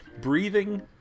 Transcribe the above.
Breathing